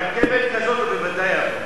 עם רכבת כזו הוא בוודאי יבוא.